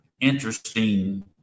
interesting